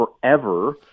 forever